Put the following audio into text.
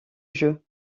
jeu